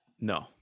No